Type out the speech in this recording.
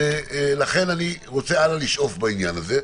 ולכן אני רוצה הלאה לשאוף בעניין הזה.